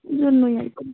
ওই জন্যই আর কি